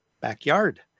backyard